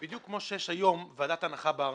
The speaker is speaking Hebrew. בדיוק כמו שיש היום ועדת הנחה בארנונה,